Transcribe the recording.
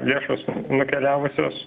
lėšos nukeliavusios